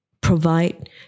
provide